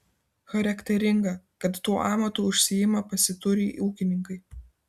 charakteringa kad tuo amatu užsiima pasiturį ūkininkai